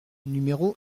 numéro